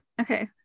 okay